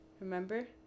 remember